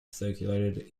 circulated